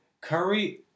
Curry